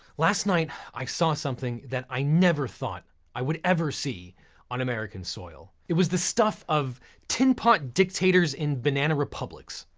last night, i saw something that i never thought i would ever see on american soil. it was the stuff of tin-pot dictators in banana republics.